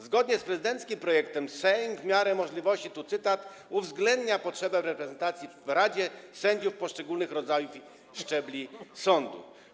Zgodnie z prezydenckim projektem Sejm w miarę możliwości - tu cytat - uwzględnia potrzebę reprezentacji w radzie sędziów poszczególnych rodzajów i szczebli sądów.